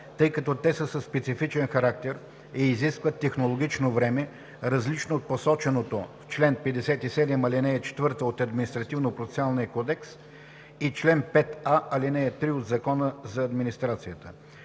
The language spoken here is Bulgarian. тъй като те са със специфичен характер и изискват технологично време, различно от посоченото в чл. 57, ал. 4 от Административнопроцесуалния кодекс и чл. 5а, ал. 3 от Закона за администрацията.